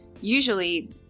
usually